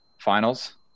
finals